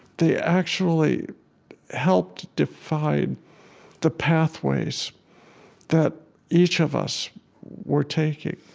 they actually helped define the pathways that each of us were taking.